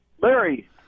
larry